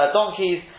donkeys